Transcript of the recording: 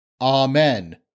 Amen